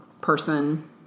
person